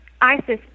ISIS